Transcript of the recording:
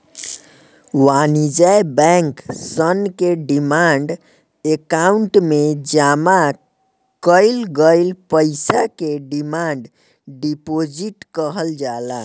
वाणिज्य बैंक सन के डिमांड अकाउंट में जामा कईल गईल पईसा के डिमांड डिपॉजिट कहल जाला